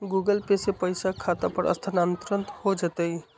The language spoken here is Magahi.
गूगल पे से पईसा खाता पर स्थानानंतर हो जतई?